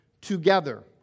together